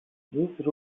these